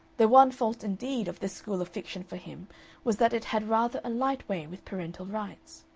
the one fault, indeed, of this school of fiction for him was that it had rather a light way with parental rights.